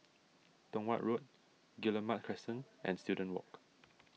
Tong Watt Road Guillemard Crescent and Student Walk